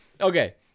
okay